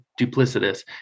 duplicitous